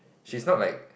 she's not like